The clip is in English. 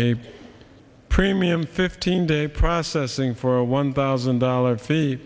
a premium fifteen day processing for a one thousand dollars fee